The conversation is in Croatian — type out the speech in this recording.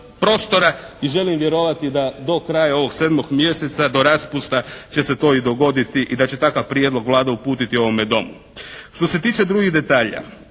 I želim vjerovati da do kraja ovog 7. mjeseca do raspusta će se to i dogoditi i da će takav prijedlog Vlada uputiti ovome Domu. Što se tiče drugih detalja